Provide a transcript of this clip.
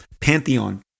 pantheon